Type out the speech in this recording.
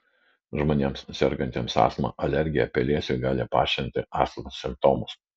žmonėms sergantiems astma alergija pelėsiui gali paaštrinti astmos simptomus